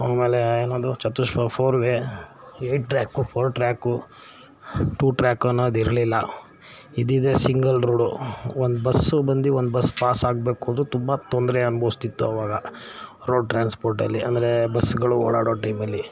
ಆಮೇಲೆ ಏನದು ಚತುಷ್ಪತ್ four way eight track four track two track ಅನ್ನೋದು ಇರಲಿಲ್ಲ ಇದ್ದಿದ್ದೇ ಸಿಂಗಲ್ ರೋಡು ಒಂದು ಬಸ್ಸು ಬಂದು ಒಂದು ಬಸ್ ಪಾಸ್ ಆಗಬೇಕು ಅಂದರೆ ತುಂಬ ತೊಂದರೆ ಅನುಭವ್ಸ್ತಿತ್ತು ಆವಾಗ ರೋಡ್ ಟ್ರ್ಯಾನ್ಸ್ಪೋರ್ಟಲ್ಲಿ ಅಂದರೆ ಬಸ್ಸುಗಳು ಓಡಾಡೋ ಟೈಮಲ್ಲಿ